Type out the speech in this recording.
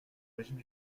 régime